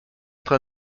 train